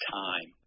time